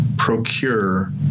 Procure